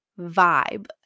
vibe